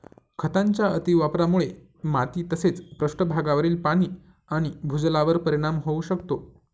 खतांच्या अतिवापरामुळे माती तसेच पृष्ठभागावरील पाणी आणि भूजलावर परिणाम होऊ शकतो